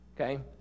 Okay